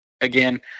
again